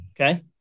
okay